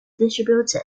distributed